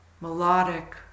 melodic